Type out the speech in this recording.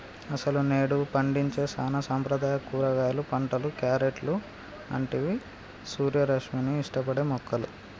అసలు నేడు పండించే సానా సాంప్రదాయ కూరగాయలు పంటలు, క్యారెట్లు అంటివి సూర్యరశ్మిని ఇష్టపడే మొక్కలు